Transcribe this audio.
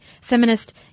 feminist